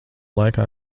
laikā